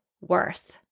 worth